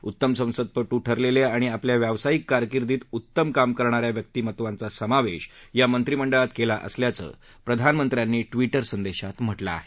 उत्तम संसदपटू ठरलेले आणि आपल्या व्यावसायिक कारकिर्दीत उत्तम काम करणाऱ्या व्यक्तीमत्वाचा या मंत्रिमंडळात समावेश असल्याचंही प्रधानमंत्र्यांनी ट्विटर संदेशात म्हटलं आहे